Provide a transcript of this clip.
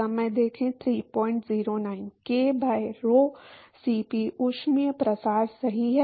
k by rho Cp ऊष्मीय प्रसार सही है